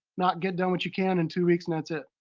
not get done what you can in two weeks and that's it.